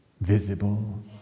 visible